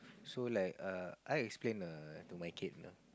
so like err I explain err to my kid you know